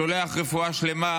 ושולח רפואה שלמה